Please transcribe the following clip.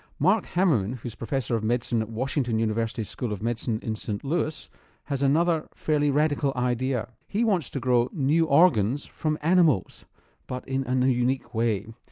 marc hammerman who's professor of medicine at washington university school of medicine in st louis has another fairly radical idea. he wants to grow new organs from animals but in a unique way.